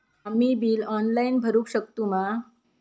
आम्ही bill online भरुक शकतू मा?